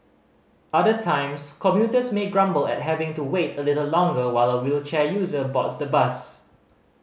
other times commuters may grumble at having to wait a little longer while a wheelchair user boards the bus